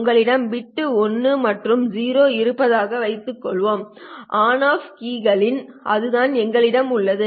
உங்களிடம் பிட் 0 மற்றும் 1 இருப்பதாக வைத்துக்கொள்வோம் ஆன் ஆஃப் கீயிங்கில் அதுதான் எங்களிடம் உள்ளது